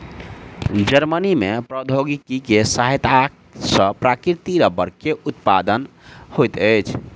Germany में प्रौद्योगिकी के सहायता सॅ प्राकृतिक रबड़ के उत्पादन होइत अछि